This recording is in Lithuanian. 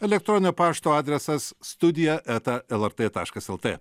elektroninio pašto adresas studija eta lrt taškas lt